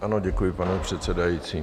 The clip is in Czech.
Ano, děkuji, pane předsedající.